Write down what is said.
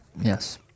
Yes